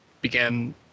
began